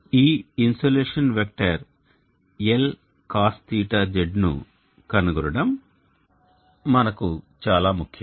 ఈ insolation vector LcosθZ కనుగొనడం మనకు ముఖ్యం